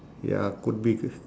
ya could be c~